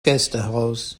gästehaus